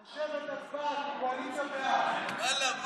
זה היה בוועדת החוץ וביטחון, אתה עושה צחוק?